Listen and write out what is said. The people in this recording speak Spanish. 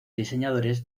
diseñadores